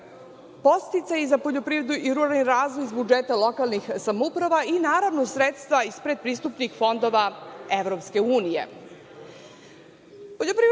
podsticaji za poljoprivredu i ruralni razvoj iz budžeta lokalnih samouprava i, naravno, sredstva iz predpristupnih fondova